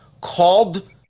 called